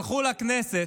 שלחו לכנסת,